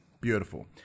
beautiful